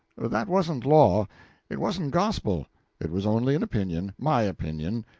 that wasn't law it wasn't gospel it was only an opinion my opinion,